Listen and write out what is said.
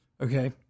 okay